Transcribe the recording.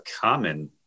common